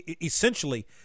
essentially